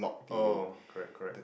oh correct correct